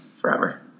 forever